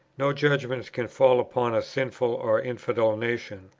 no judgments can fall upon a sinful or infidel nation.